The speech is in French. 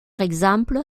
exemple